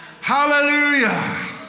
Hallelujah